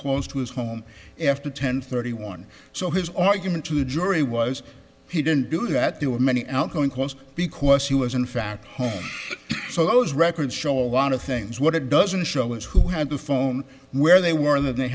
close to his home after ten thirty one so his argument to the jury was he didn't do that there were many outgoing calls because he was in fact home so those records show a lot of things what it doesn't show is who had the foam where they were they had the